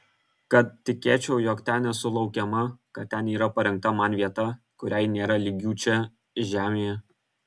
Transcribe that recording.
kad tikėčiau jog ten esu laukiama kad ten yra parengta man vieta kuriai nėra lygių čia žemėje